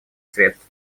средств